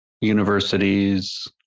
universities